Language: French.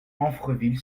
amfreville